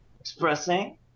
expressing